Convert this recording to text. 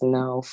now